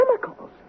chemicals